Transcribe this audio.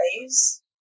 ways